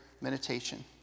meditation